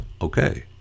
Okay